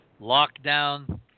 lockdown